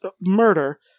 murder